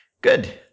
Good